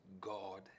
God